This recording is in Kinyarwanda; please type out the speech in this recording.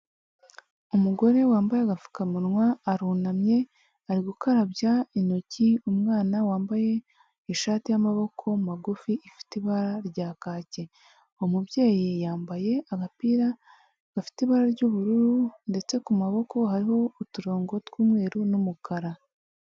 Umugore wambaye agapfukamunwa arunamye, ari gukarabya intoki umwana wambaye ishati y'amaboko magufi ifite ibara rya kake, uwo mubyeyi yambaye agapira gafite ibara ry'ubururu ndetse ku maboko hariho uturongo tw'umweru n'umukara.